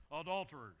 adulterers